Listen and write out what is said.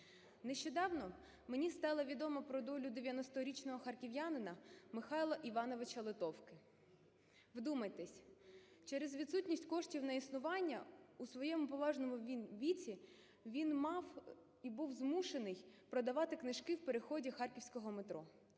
Нещодавно мені стало відомо про долю 90-річного харків'янина Михайла Івановича Литовки. Вдумайтесь, через відсутність коштів на існування у своєму поважному віці він мав і був змушений продавати книжки в переході харківського метро.